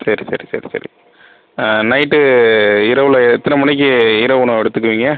சரி சரி சரி சரி நைட்டு இரவில் எத்தனை மணிக்கு இரவு உணவு எடுத்துக்குவிங்க